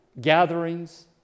gatherings